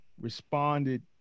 responded